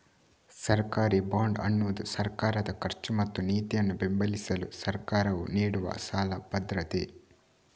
ಸರ್ಕಾರಿ ಬಾಂಡ್ ಅನ್ನುದು ಸರ್ಕಾರದ ಖರ್ಚು ಮತ್ತು ನೀತಿಯನ್ನ ಬೆಂಬಲಿಸಲು ಸರ್ಕಾರವು ನೀಡುವ ಸಾಲ ಭದ್ರತೆ